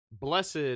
Blessed